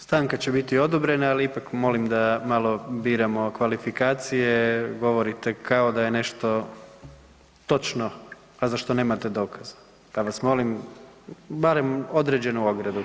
Stanka će biti odobrena, ali ipak molim da malo biramo kvalifikacije, govorite kao da je nešto točno, a za što nemate dokaza, pa vas molim barem određenu ogradu.